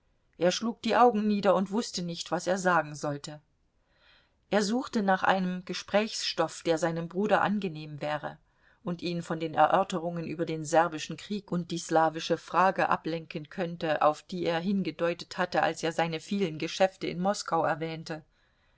er schlug die augen nie der und wußte nicht was er sagen sollte er suchte nach einem gesprächsstoff der seinem bruder angenehm wäre und ihn von den erörterungen über den serbischen krieg und die slawische frage ablenken könnte auf die er hingedeutet hatte als er seine vielen geschäfte in moskau erwähnte